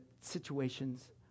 situations